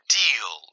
deal